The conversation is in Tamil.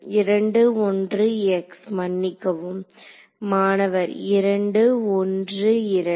2 1 x மன்னிக்கவும் மாணவர் 2 1 2